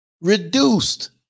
reduced